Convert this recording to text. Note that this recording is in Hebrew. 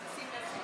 ההצעה להסיר